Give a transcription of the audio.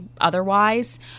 otherwise